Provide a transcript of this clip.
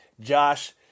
Josh